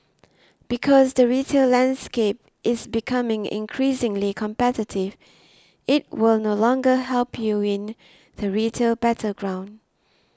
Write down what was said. because the retail landscape is becoming increasingly competitive it will no longer help you win the retail battleground